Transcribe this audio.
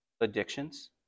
addictions